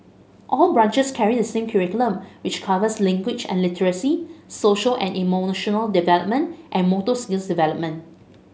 all branches carry the same curriculum which covers language and literacy social and emotional development and motor skills development